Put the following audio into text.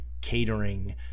catering